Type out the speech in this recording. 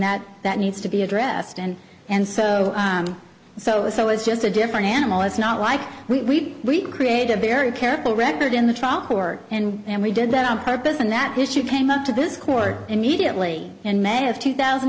that that needs to be addressed and and so so so it's just a different animal it's not like we recreate did a very careful record in the trial court and we did that on purpose and that issue came up to this court immediately in may of two thousand